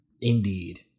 Indeed